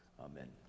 Amen